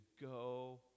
go